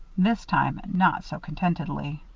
this time not so contentedly.